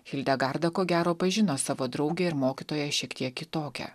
hildegarda ko gero pažino savo draugę ir mokytoją šiek tiek kitokią